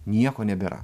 nieko nebėra